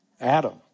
Adam